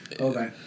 Okay